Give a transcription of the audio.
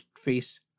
face